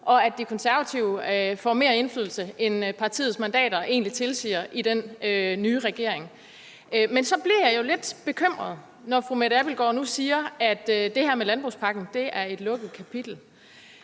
og at De Konservative får mere indflydelse i den nye regering, end partiets mandater egentlig tilsiger. Men så bliver jeg jo lidt bekymret, når fru Mette Abildgaard nu siger, at det her med landbrugspakken er et lukket kapitel,